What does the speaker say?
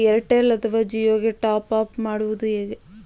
Airtel ಅಥವಾ ಜಿಯೊ ಗೆ top up ಮಾಡುವುದು ಹೇಗೆ?